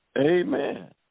Amen